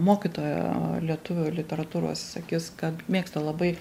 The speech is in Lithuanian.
mokytoja lietuvių literatūros sakys kad mėgsta labai